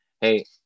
hey